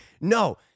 no